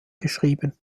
geschrieben